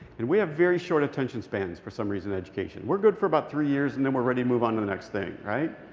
and we have very short attention spans for some reason in education. we're good for about three years, and then we're ready to move on to the next thing, right?